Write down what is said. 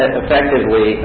effectively